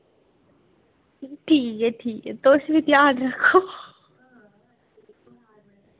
ठीक ऐ ठीक ऐ तुस बी ध्यान रक्खो